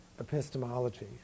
epistemology